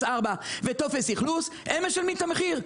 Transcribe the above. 4 ולטופס אכלוס והם לה שמשלמים את המחיר.